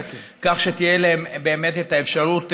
כך שתהיה להם באמת אפשרות